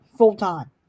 full-time